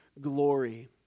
glory